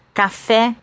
café